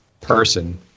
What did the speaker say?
person